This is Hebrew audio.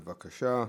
בבקשה.